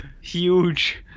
huge